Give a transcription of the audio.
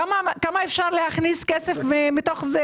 כמה כסף אפשר להכניס לרשות?